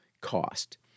cost